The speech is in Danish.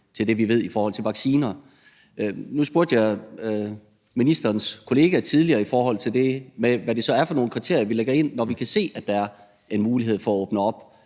til det, vi ved om vacciner. Nu spurgte jeg tidligere ministerens kollega om det med, hvad det så er for nogle kriterier, vi lægger ind, når vi kan se, at der er mulighed for at åbne op.